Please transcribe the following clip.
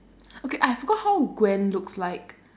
okay I forgot how gwen looks like